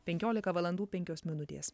penkiolika valandų penkios minutės